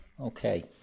Okay